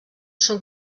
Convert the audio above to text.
són